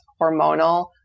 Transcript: hormonal